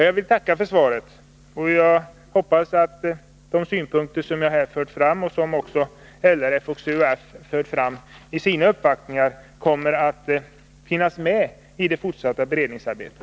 Jag vill tacka för svaret och hoppas att de synpunkter som jag här anfört och som också LRF och CUF fört fram vid sina uppvaktningar kommer att finnas med i det fortsatta beredningsarbetet.